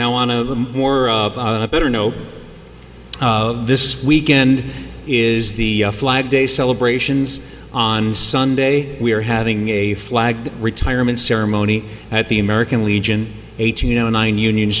now on a more a better know this weekend is the flag day celebrations on sunday we are having a flag retirement ceremony at the american legion eighteen zero nine union